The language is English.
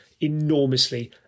enormously